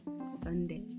Sunday